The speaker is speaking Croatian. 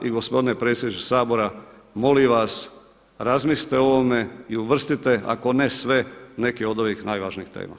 I gospodine predsjedniče Sabora molim vas, razmislite o ovome i uvrstite, ako ne sve, neke od ovih najvažnijih tema.